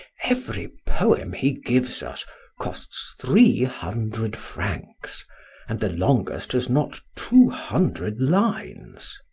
every poem he gives us costs three hundred francs and the longest has not two hundred lines.